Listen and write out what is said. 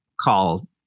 call